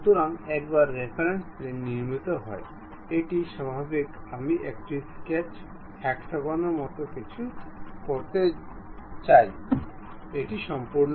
সুতরাং একবার reference plane নির্মিত হয় এটি স্বাভাবিক আমি একটি স্কেচ একটিহেক্সাগণ মত কিছু করতে চাই সম্পন্ন